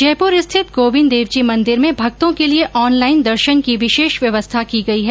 जयपुर स्थित गोविन्द देवजी मंदिर में भक्तों के लिए ऑनलाइन दर्शन की विशेष व्यवस्था की गई है